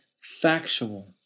factual